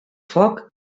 foc